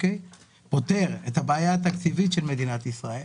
פותר את הבעיה התקציבית של מדינת ישראל.